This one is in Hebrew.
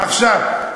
עכשיו,